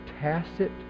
tacit